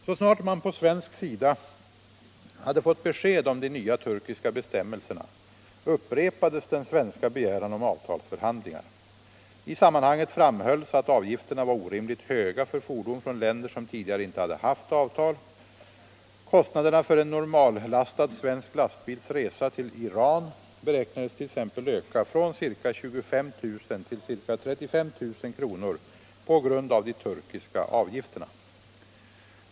Så snart man på svensk sida hade fått besked om de nya turkiska bestämmelserna upprepades den svenska begäran om avtalsförhandlingar. I sammanhanget framhölls att avgifterna var orimligt höga för fordon från länder som tidigare inte hade haft avtal. Kostnaderna för en normallastad svensk lastbils resa till Iran beräknades t.ex. öka från ca 25 000 till ca 35 000 kr. på grund av de turkiska avgifterna.